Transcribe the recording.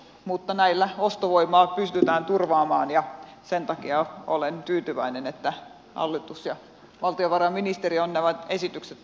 mutta näillä ostovoimaa pystytään turvaamaan ja sen takia olen tyytyväinen että hallitus ja valtiovarainministeriön esitykset